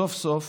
סוף-סוף